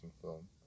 film